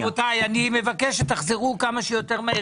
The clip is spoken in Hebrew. רבותיי, אני מבקש שתחזרו עם תשובות כמה שיותר מהר